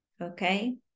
okay